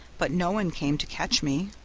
but no one came to catch me.